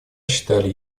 считали